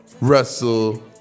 Russell